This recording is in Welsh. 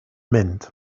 mynd